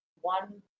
one